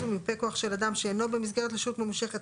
ומיופה כוח של אדם שאינו במסגרת לשהות ממושכת,